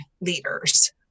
leaders